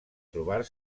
trobar